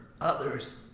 others